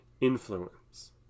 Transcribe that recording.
influence